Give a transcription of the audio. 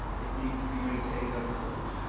it needs to be maintained as a code,